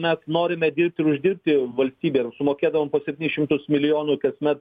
mes norime dirbti ir uždirbti valstybei ir sumokėdavom po septynis šimtus milijonų kasmet